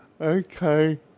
Okay